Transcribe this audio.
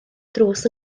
drws